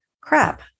crap